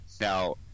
Now